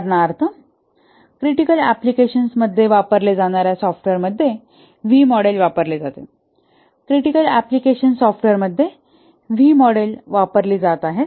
उदाहरणार्थ क्रिटिकल अँप्लिकेशन्समध्ये वापरले जाणाऱ्या सॉफ्टवेअर मध्ये व्ही मॉडेल वापरले जाते क्रिटिकल अँप्लिकेशन्स सॉफ्टवेअर मध्ये व्ही मॉडेल वापरली जात आहे